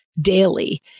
daily